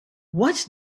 what